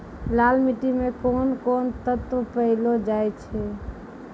लाल मिट्टी मे कोंन कोंन तत्व पैलो जाय छै?